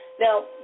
Now